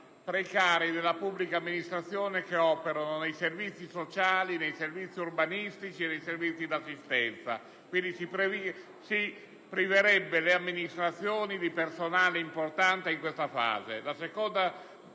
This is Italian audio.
precari della pubblica amministrazione che operano nei servizi sociali, urbanistici e di assistenza, senza le quali si priverebbero le amministrazioni di personale importante in questa fase.